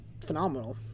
phenomenal